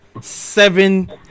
Seven